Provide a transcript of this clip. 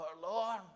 forlorn